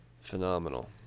phenomenal